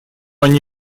они